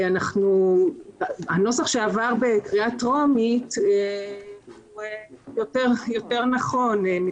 הנוסח שעבר בקריאה טרומית יותר נכון.